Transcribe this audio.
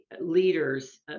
leaders